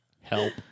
Help